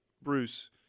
Bruce